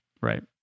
Right